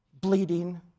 bleeding